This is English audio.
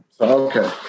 Okay